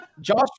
Josh